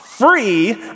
free